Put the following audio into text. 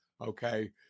Okay